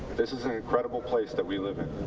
this is an incredible place that we live in.